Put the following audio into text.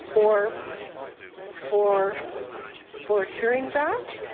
for for hearing that,